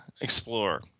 explore